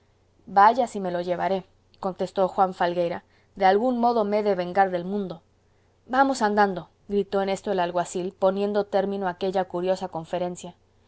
vaya si me lo llevaré contestó juan falgueira de algún modo me he de vengar del mundo vamos andando gritó en esto el alguacil poniendo término a aquella curiosa conferencia